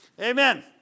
Amen